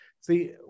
See